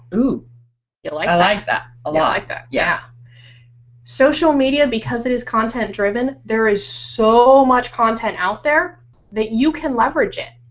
ohh yeah like i like that! like yeah social media because it is content-driven, there is so much content out there that you can leverage it.